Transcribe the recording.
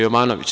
Jovanović.